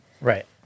Right